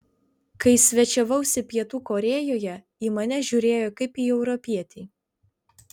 kai svečiavausi pietų korėjoje į mane žiūrėjo kaip į europietį